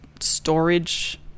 storage